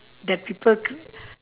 that people c~